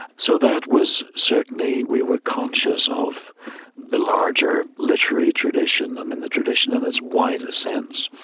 so that was certainly we were conscious of the larger literary tradition, i mean the tradition in its widest sense,